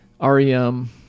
REM